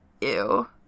ew